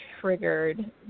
triggered